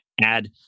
add